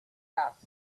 asked